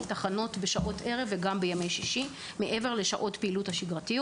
תחנות בשעות ערב ובימי שישי מעבר לשעות פעילות בשגרה.